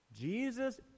Jesus